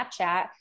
Snapchat